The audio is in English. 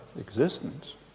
existence